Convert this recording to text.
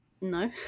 no